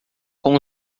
com